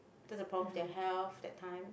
that's the problems with their health that time